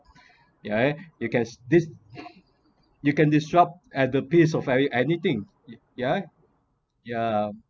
yea because this you can disrupt at the piece of every anything yeah yeah